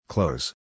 Close